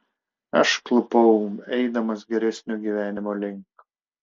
aš klupau eidamas geresnio gyvenimo link